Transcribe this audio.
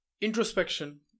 introspection